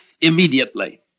immediately